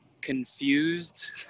Confused